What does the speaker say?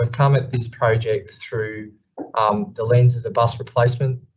we've come at this project through um the lens of the bus replacement,